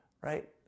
right